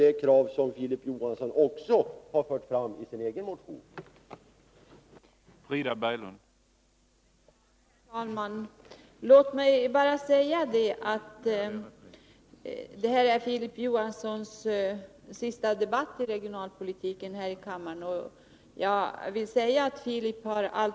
Det kravet sammanfaller helt med det krav som nu förs fram i en motion av Filip Johansson och Arne Lindberg.